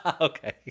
Okay